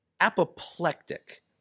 apoplectic